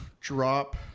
drop